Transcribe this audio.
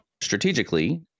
strategically